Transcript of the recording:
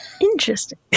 Interesting